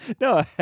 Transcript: No